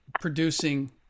producing